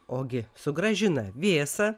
ogi sugrąžina vėsą